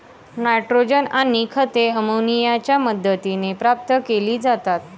nitrogen आणि खते अमोनियाच्या मदतीने प्राप्त केली जातात